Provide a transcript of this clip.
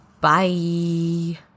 Bye